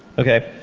okay.